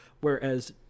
Whereas